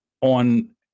On